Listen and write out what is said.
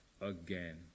again